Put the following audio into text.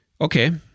Okay